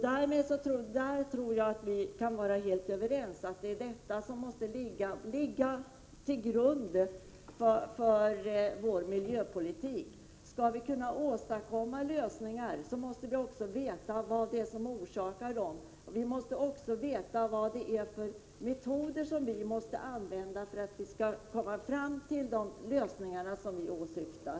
Jag tror att vi kan vara helt överens om att detta måste ligga till grund för miljöpolitiken. Skall vi kunna åstadkomma lösningar måste vi också veta vad som orsakar problemen. Vi måste också veta vilka metoder som vi måste använda för att komma fram till de lösningar vi åsyftar.